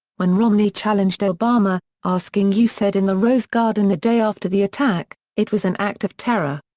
when romney challenged obama, asking you said in the rose garden the day after the attack, it was an act of terror.